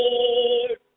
Lord